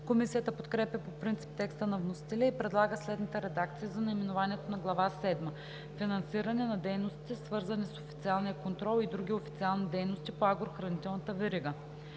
Комисията подкрепя по принцип текста на вносителя и предлага следната редакция за наименованието на Глава седма: „Финансиране на дейностите, свързани с официалния контрол и други официални дейности по агрохранителната верига“.